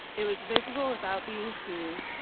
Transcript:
it was visible without being seen,